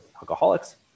alcoholics